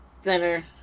center